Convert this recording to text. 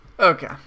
Okay